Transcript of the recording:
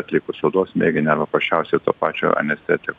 atlikus odos mėginį ar paprasčiausiai to pačio anesteti